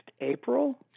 April